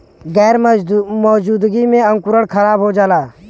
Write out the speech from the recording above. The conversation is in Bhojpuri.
गैर मौजूदगी में अंकुरण खराब हो जाला